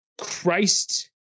Christ